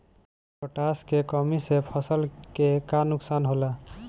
Potash के कमी से फसल के का नुकसान होला?